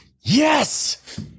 yes